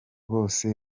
bose